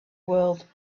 world